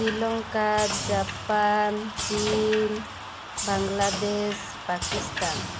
Sri Lanka Japan China Bangladesh Pakistan